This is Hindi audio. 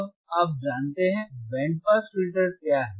अब आप जानते हैं बैंड पास फिल्टर क्या हैं